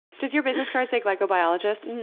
does your business card say glycobiologist? and